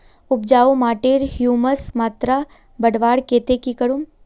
उपजाऊ माटिर ह्यूमस मात्रा बढ़वार केते की करूम?